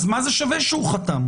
אז מה שווה שהוא חתם?